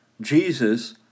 Jesus